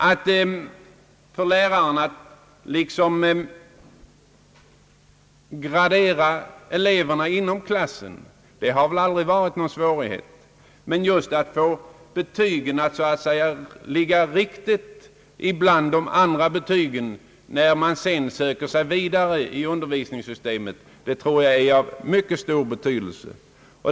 Att liksom gradera eleverna inom klassen har väl aldrig varit någon svårighet för läraren. Men att få betygen att bli rättvisande bland de andra betygen, när eleverna söker sig vidare i undervisningsväsendet, tror jag är av mycket stor betydelse.